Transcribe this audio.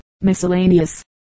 miscellaneous